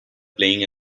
playing